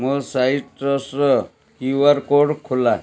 ମୋ ସାଇଟ୍ରସ୍ର Q R code ଖୋଲା